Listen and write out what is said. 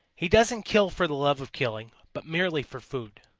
he doesn't kill for the love of killing, but merely for food.